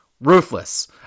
ruthless